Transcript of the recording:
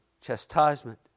chastisement